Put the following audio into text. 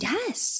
Yes